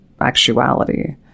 actuality